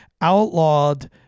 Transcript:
outlawed